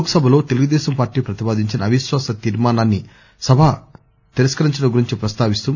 లోక్ సభలో తెలుగుదేశం పార్టీ ప్రతిపాదించిన అవిశ్వాస తీర్మానాన్ని సభ తిరస్కరించిన అంశాన్ని ప్రస్తావిస్తూ